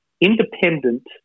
independent